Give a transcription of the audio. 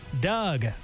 Doug